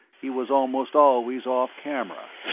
he was almost always off camera.